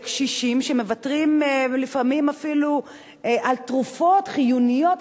וקשישים שמוותרים לפעמים אפילו על תרופות חיוניות,